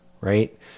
right